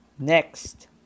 Next